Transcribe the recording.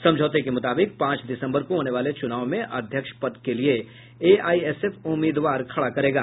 समझौते के मुताबिक पांच दिसम्बर को होने वाले चुनाव में अध्यक्ष पद लिये एआईएसएफ उम्मीदवार खड़ा करेगा